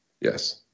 Yes